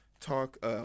talk